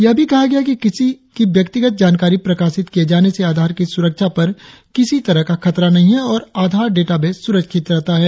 यह भी कहा गया है कि किसी की व्यक्तिगत जानकारी प्रकाशित किए जाने से आधार की सुरक्षा पर किसी तरह का खतरा नहीं है और आधार डेटाबेस सुरक्षित रहता है